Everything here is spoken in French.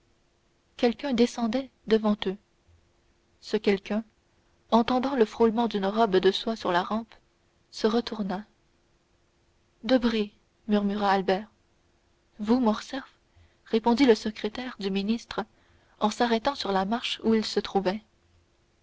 quelqu'un descendait devant eux ce quelqu'un entendant le frôlement d'une robe de soie sur la rampe se retourna debray murmura albert vous morcerf répondit le secrétaire du ministre en s'arrêtant sur la marche où il se trouvait